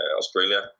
Australia